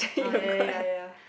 ah ya ya ya ya